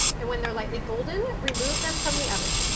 and, when they're lightly golden, remove them from the oven.